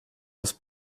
was